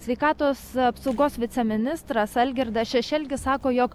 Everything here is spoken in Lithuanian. sveikatos apsaugos viceministras algirdas šešelgis sako jog